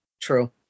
True